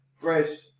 Grace